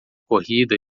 corrida